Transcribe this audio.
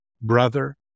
brother